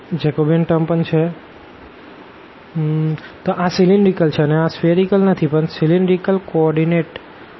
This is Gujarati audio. DfxyzdxdydzDfrcos rsin zJdrdϕdz તો આ સીલીન્દ્રીકલ છે અને સ્ફીઅરીકલ નથી પણ સીલીન્દ્રીકલ કો ઓર્ડીનેટ